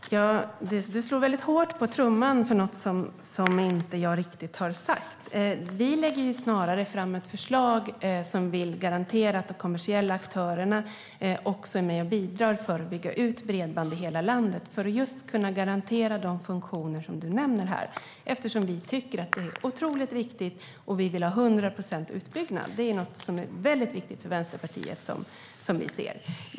Fru talman! Anders Åkesson slår hårt på trumman för något som jag inte riktigt har sagt. Vi lägger snarare fram ett förslag som garanterar att de kommersiella aktörerna också är med och bidrar i utbyggnaden av bredband i hela landet, just för att kunna garantera de funktioner han nämner. Vi tycker också att de är viktiga, och vi vill ha 100 procents utbyggnad. Detta är väldigt viktigt för Vänsterpartiet.